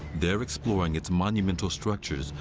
they're exploring its monumental structures,